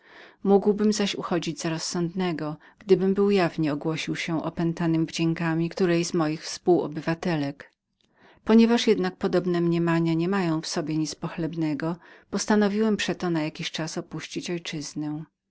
mógłbym zaś uchodzić za rozsądnego gdybym był jawnie oświadczył się opętanym wdziękami której z moich współobywatelek ponieważ jednak podobne mniemania nie mają w sobie nic pochlebnego postanowiłem przeto opuścić ojczyznę